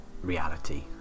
reality